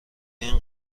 این